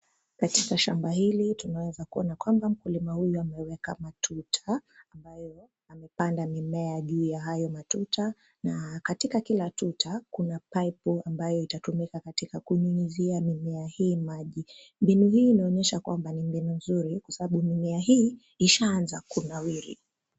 Katika shamba hili tunaweza kuona kwamba mkulima huyu ameweka matuta ambayo amepanda mimea juu ya hayo matuta, na katika kila tuta kuna paipu ambayo itatumika katika kunyunyizia mimea hii maji. Mbinu hii inaonyesha kwamba ni mbinu nzuri kwa sababu mimea hii ishaanza kunawiri.